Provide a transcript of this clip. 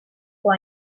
può